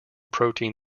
protein